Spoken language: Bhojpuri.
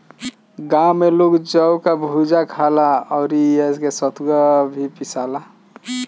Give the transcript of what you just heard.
गांव में लोग जौ कअ भुजा खाला अउरी एसे सतुआ भी पिसाला